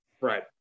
Right